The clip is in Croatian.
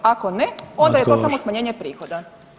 Ako ne, onda je to samo smanjenje prihoda.